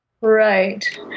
right